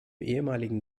ehemaligen